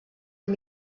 amb